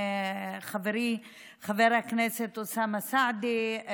חברי חבר הכנסת אוסאמה סעדי,